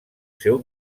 seu